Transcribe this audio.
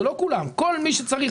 זה לא כולם אלא כל מי שצריך.